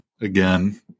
again